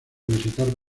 visitar